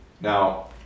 Now